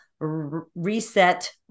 reset